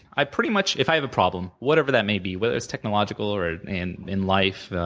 i pretty much if i have a problem, whatever that may be, whether it's technological, or in in life,